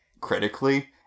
critically